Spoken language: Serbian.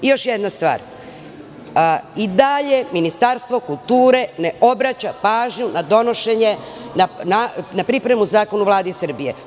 Još jedna stvar, i dalje Ministarstvo kulture ne obraća pažnju na pripremu zakona u Vladi Srbije.